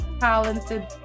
talented